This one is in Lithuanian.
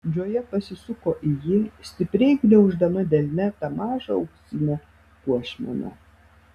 džoja pasisuko į jį stipriai gniauždama delne tą mažą auksinę puošmeną